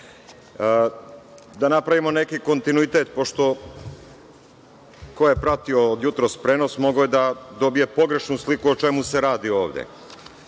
Da napravimo neki kontinuitet, pošto, ko je pratio od jutros prenos mogao je da dobije pogrešnu sliku o čemu se radi ovde. Ja